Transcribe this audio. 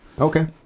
okay